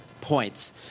points